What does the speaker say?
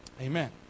Amen